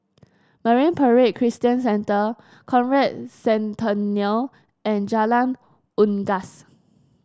Marine Parade Christian Centre Conrad Centennial and Jalan Unggas